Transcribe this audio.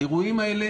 האירועים האלה